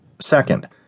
Second